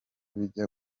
bijya